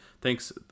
Thanks